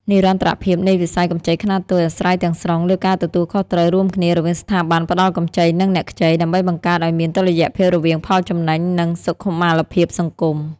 និរន្តរភាពនៃវិស័យកម្ចីខ្នាតតូច អាស្រ័យទាំងស្រុងលើការទទួលខុសត្រូវរួមគ្នារវាងស្ថាប័នផ្តល់កម្ចី និងអ្នកខ្ចី ដើម្បីបង្កើតឱ្យមានតុល្យភាពរវាងផលចំណេញ និងសុខុមាលភាពសង្គម។